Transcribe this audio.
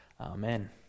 Amen